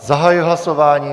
Zahajuji hlasování.